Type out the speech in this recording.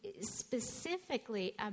specifically